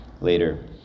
later